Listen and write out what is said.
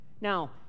Now